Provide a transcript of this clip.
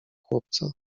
chłopca